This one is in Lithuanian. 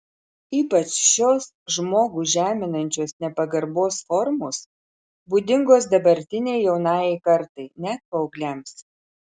ypač šios žmogų žeminančios nepagarbos formos būdingos dabartinei jaunajai kartai net paaugliams